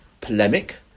polemic